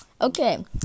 Okay